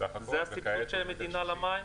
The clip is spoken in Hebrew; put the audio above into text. זה הסבסוד של המדינה למים?